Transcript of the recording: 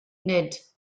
nid